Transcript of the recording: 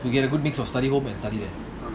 you get a good mix of study home and study there